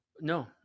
No